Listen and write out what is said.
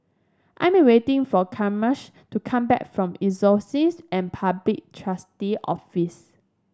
I'm waiting for Camisha to come back from Insolvency and Public Trustee Office